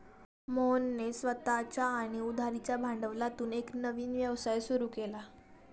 मोहनने स्वतःच्या आणि उधारीच्या भांडवलातून एक नवीन व्यवसाय सुरू केला